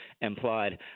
implied